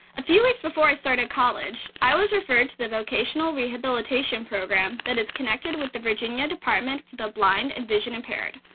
a few weeks before i started college, i was referred to the vocational rehabilitation program that is connected with the virginia department for the blind and vision impaired,